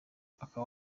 aka